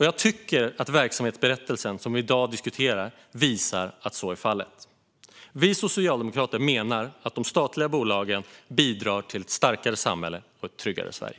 Jag tycker att den verksamhetsberättelse som vi i dag diskuterar visar att så är fallet. Vi socialdemokrater menar att de statliga bolagen bidrar till ett starkare samhälle och ett tryggare Sverige.